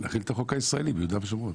והוא להחיל את החוק הישראלי ביהודה ושומרון.